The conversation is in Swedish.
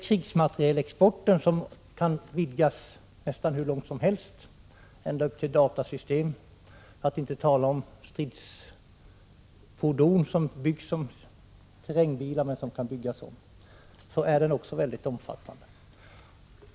Krigsmaterielexporten, som kan vidgas nästan hur långt som helst — ända till datasystem, för att inte tala om stridsfordon, som tillverkas som terrängbilar men kan byggas om — är också väldigt omfattande.